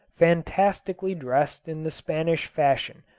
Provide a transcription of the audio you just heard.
fantastically dressed in the spanish fashion,